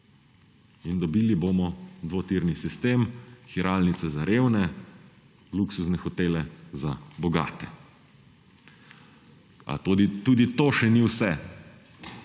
in dobili bomo dvotirni sistem: hiralnica za revne, luksuzne hotele za bogate. A tudi to še ni vse,